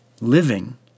Living